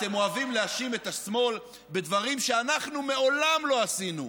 אתם אוהבים להאשים את השמאל בדברים שאנחנו מעולם לא עשינו.